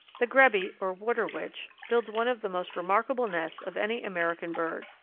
the grebe, or water witch, builds one of the most remarkable nests of any american bird.